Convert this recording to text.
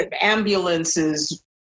ambulances